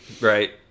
Right